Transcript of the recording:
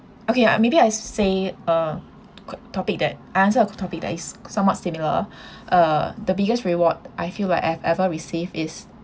okay I maybe I say a q~ topic that I answer a topic that is somewhat similar uh the biggest reward I feel like I've ever received is